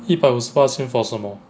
一百五十巴先 for 什么